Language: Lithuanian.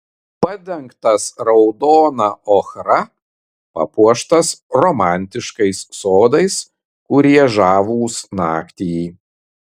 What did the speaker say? padengtas raudona ochra papuoštas romantiškais sodais kurie žavūs naktį